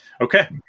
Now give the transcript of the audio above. okay